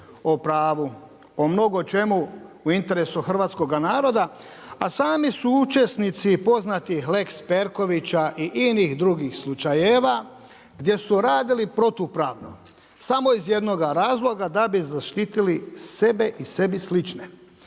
o pravu, o mnogo čemu u interesu hrvatskoga naroda, a sami su učesnici poznatih Lex Perkovića i inih drugih slučajeva, gdje su radili protupravno. Samo iz jednoga razloga, da bi zaštitili sebe i sebi slične.